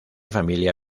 familia